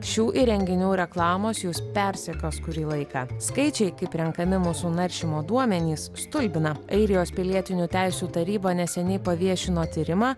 šių įrenginių reklamos jus persekios kurį laiką skaičiai kaip renkami mūsų naršymo duomenys stulbina airijos pilietinių teisių taryba neseniai paviešino tyrimą